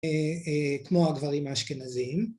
‫כמו הגברים האשכנזים.